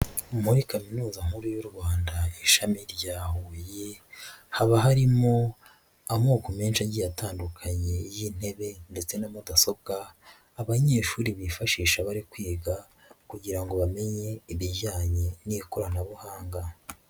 Muri kaminuza nkuru y'u Rwanda ishami rya Huye, haba harimo amoko menshi agiye atandukanye y'intebe ndetse na mudasobwa, abanyeshuri bifashisha bari kwiga kugira ngo bamenye ibijyanye n'ikoranabuhanga.